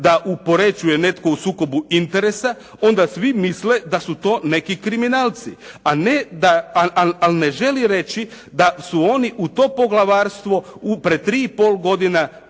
da u Poreču je netko u sukobu interesa onda svi misle da su to neki kriminalci, ali ne želi reći da su oni u to poglavarstvo pred tri i pol godine